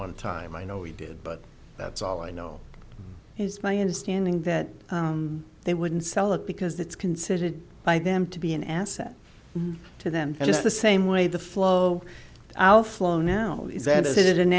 one time i know he did but that's all i know is my understanding that they wouldn't sell it because it's considered by them to be an asset to them just the same way the flow out flow now is and is it an